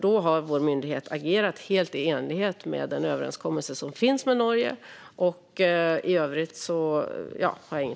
Då har vår myndighet agerat helt i enlighet med den överenskommelse som finns med Norge.